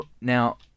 now